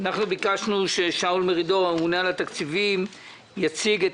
ביקשנו ששאול מרידור, הממונה על התקציבים יציג.